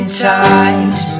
ties